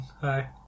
Hi